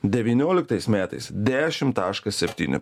devynioliktais metais dešim taškas septyni